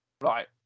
Right